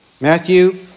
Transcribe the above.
Matthew